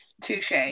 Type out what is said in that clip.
touche